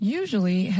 usually